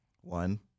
One